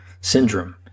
Syndrome